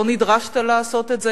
לא נדרשת לעשות את זה,